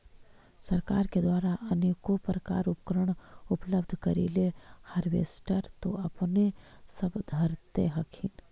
सरकार के द्वारा अनेको प्रकार उपकरण उपलब्ध करिले हारबेसटर तो अपने सब धरदे हखिन?